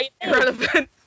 Irrelevant